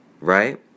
Right